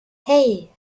hei